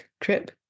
trip